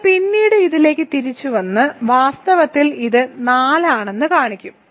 നമ്മൾ പിന്നീട് ഇതിലേക്ക് തിരിച്ചുവന്ന് വാസ്തവത്തിൽ ഇത് 4 ആണെന്ന് കാണിക്കും